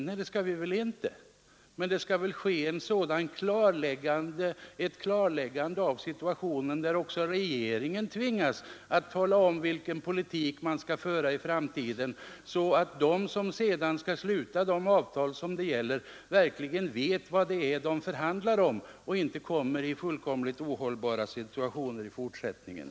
Nej, det skall vi inte, men det skall väl ske ett sådant klarläggande av situationen, där också regeringen tvingas tala om vilken politik den ämnar föra i framtiden, att de som sedan skall sluta de avtal det gäller verkligen vet vad det är de förhandlar om och inte hamnar i fullkomligt ohållbara situationer i fortsättningen.